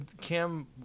Cam